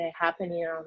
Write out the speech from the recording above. happening